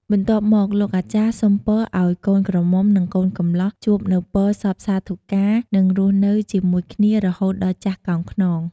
បន្ទាប់មកលោកអាចារ្យសុំពរឱ្យកូនក្រមុំនិងកូនកម្លោះជួបនូវពរសព្វសាធុការ និងរស់នៅជាមួយគ្នារហូតដល់ចាស់កោងខ្នង។